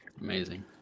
Amazing